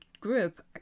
group